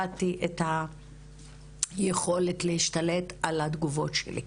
גרם לכך שלרגעים איבדתי את היכולת להשתלט על התגובות שלי.